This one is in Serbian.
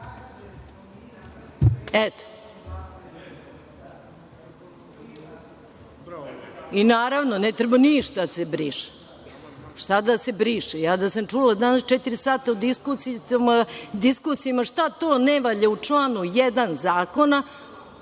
uspelo. Naravno, ne treba ništa da se briše. Šta da se briše? Ja da sam čula danas četiri sata u diskusijama šta to ne valja u članu 1. zakona,